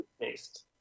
taste